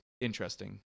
interesting